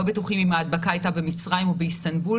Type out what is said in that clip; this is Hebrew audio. בטוחים אם ההדבקה הייתה במצרים או באיסטנבול,